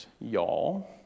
y'all